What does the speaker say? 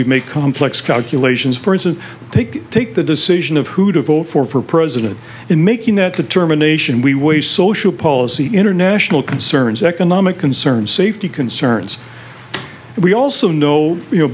we make complex calculations for instance take take the decision of who to vote for for president in making that determination we weigh social policy international concerns economic concerns safety concerns and we also know